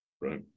right